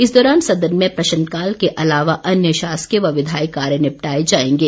इस दौरान सदन में प्रश्नकाल के अलावा अन्य शासकीय व विधायी कार्य निपटाए जाएंगे